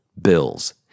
bills